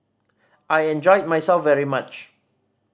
I enjoyed myself very much